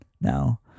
now